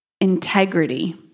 integrity